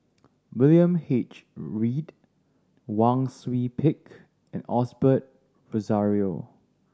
William H Read Wang Sui Pick and Osbert Rozario